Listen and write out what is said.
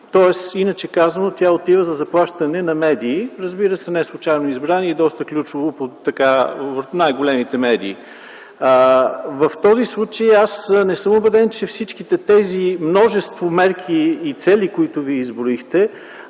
Иначе казано, те отиват за заплащане на медии, разбира се, неслучайно избрани и доста ключово – най-големите медии. В този случай аз не съм убеден, че всички тези множество мерки и цели, които Вие изброихте,